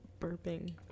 burping